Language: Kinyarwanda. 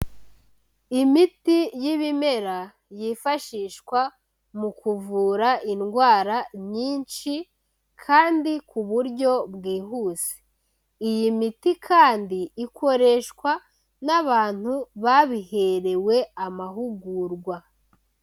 Imiti y'ibimera yifashishwa mu kuvura indwara nyinshi kandi ku buryo bwihuse, iyi miti kandi ikoreshwa n'abantu babiherewe amahugurwa.